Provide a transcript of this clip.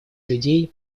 людей